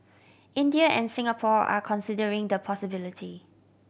India and Singapore are considering the possibility